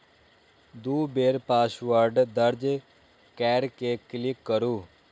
दू बेर पासवर्ड दर्ज कैर के क्लिक करू